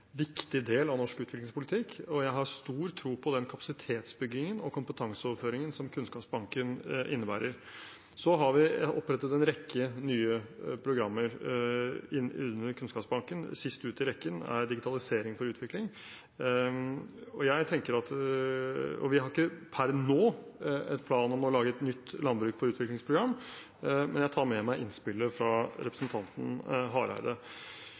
viktig del av norsk utviklingspolitikk, og jeg har stor tro på den kapasitetsbyggingen og kompetanseoverføringen som Kunnskapsbanken innebærer. Så har vi opprettet en rekke nye programmer innunder Kunnskapsbanken – det siste ut i rekken er Digitalisering for utvikling. Vi har ikke per nå en plan om å lage et nytt landbruks- og utviklingsprogram, men jeg tar med meg innspillet fra representanten Hareide.